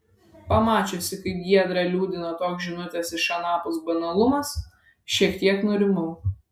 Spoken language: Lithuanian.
pamačiusi kaip giedrą liūdina toks žinutės iš anapus banalumas šiek tiek nurimau